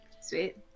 Sweet